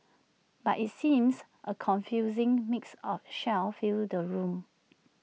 but IT seems A confusing mix of shell filled the room